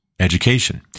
education